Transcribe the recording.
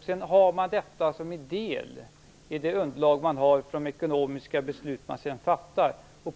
Sedan har man detta som en del i underlaget för de ekonomiska beslut som man skall fatta.